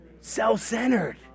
Self-centered